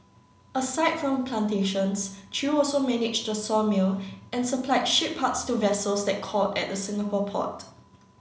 aside from plantations Chew also managed a sawmill and supplied ship parts to vessels that called at the Singapore port